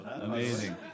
Amazing